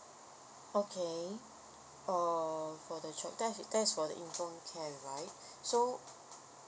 okay uh for the child~ there's there's for the infant care right so